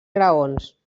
graons